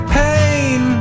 pain